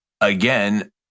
again